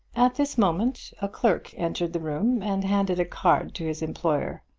at this moment a clerk entered the room and handed a card to his employer.